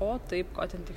o taip ko ten tik